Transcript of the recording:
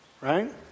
right